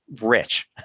rich